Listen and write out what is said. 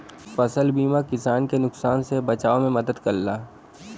फसल बीमा किसान के नुकसान से बचाव में मदद करला